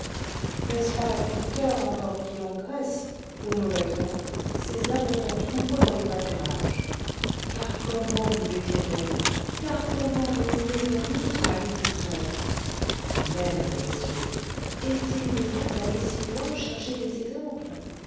n'est-ce pas l'agriculteur encore qui engraisse pour nos vêtements ses abondants troupeaux dans les pâturages car comment nous vêtirions nous car comment nous nourririons nous sans l'agriculteur et même messieurs estil besoin d'aller si loin chercher des exemples